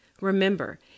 Remember